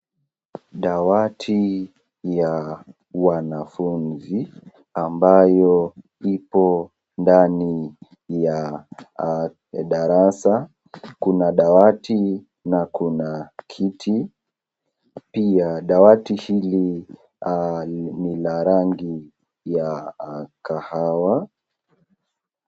Dawati ya wanafunzi, ambayo ipo ndani ya darasa. Kuna dawati na kuna kiti pia. Dawati hili ni la rangi ya kahawa.